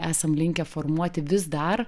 esam linkę formuoti vis dar